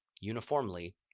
uniformly